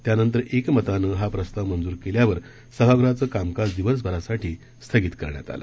त्यानंतर एकमतानं हा प्रस्ताव मंजूर केल्यावर सभागृहाचं कामकाज दिवसभरासाठी स्थगित करण्यात आलं